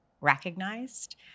recognized